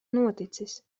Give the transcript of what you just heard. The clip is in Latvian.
noticis